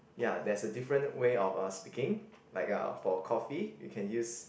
ya there's a different way of uh speaking like uh for coffee you can use